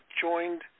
joined